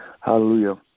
Hallelujah